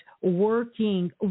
working